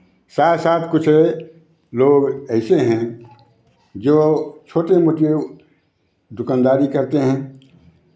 साथ साथ कुछ लोग ऐसे हैं जो छोटे मोटे दुकानदारी करते हैं